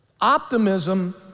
Optimism